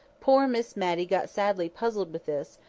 poor miss matty got sadly puzzled with this,